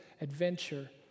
adventure